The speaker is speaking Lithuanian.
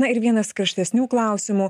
na ir vienas karštesnių klausimų